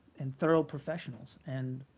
and thorough professionals, and